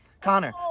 Connor